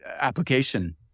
application